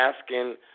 asking